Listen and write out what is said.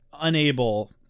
unable